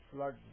Flood